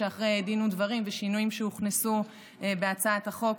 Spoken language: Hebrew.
שאחרי דין ודברים ושינויים שהוכנסו בהצעת החוק,